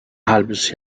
halbes